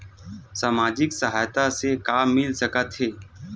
सामाजिक सहायता से का मिल सकत हे?